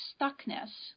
stuckness